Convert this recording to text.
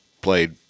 played